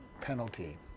penalty